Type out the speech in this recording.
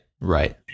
Right